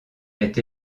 est